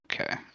Okay